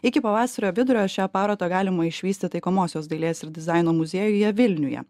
iki pavasario vidurio šią parodą galima išvysti taikomosios dailės ir dizaino muziejuje vilniuje